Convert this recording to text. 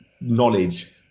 knowledge